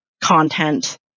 content